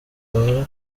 baba